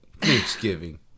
Thanksgiving